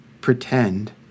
pretend